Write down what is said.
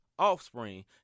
Offspring